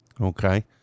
okay